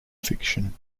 fiction